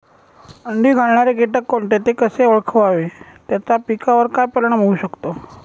अंडी घालणारे किटक कोणते, ते कसे ओळखावे त्याचा पिकावर काय परिणाम होऊ शकतो?